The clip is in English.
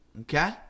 Okay